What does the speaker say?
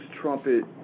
trumpet